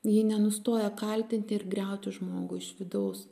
ji nenustoja kaltinti ir griauti žmogų iš vidaus